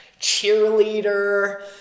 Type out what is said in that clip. cheerleader